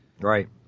Right